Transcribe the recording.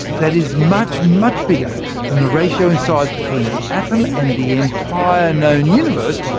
that is much, much bigger than the ratio in size between an atom, and the entire known universe,